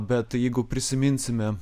bet jeigu prisiminsime